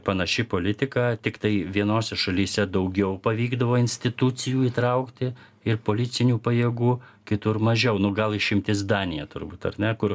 panaši politika tiktai vienose šalyse daugiau pavykdavo institucijų įtraukti ir policinių pajėgų kitur mažiau nu gal išimtis danija turbūt ar ne kur